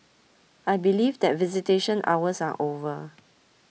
I believe that visitation hours are over